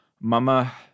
Mama